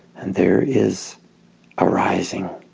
and there is arising